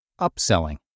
Upselling